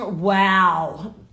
wow